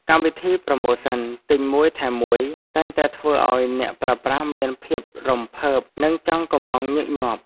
កម្មវិធីប្រូម៉ូសិនទិញមួយថែមមួយតែងតែធ្វើឱ្យអ្នកប្រើប្រាស់មានភាពរំភើបនិងចង់កុម្ម៉ង់ញឹកញាប់។